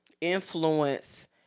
influence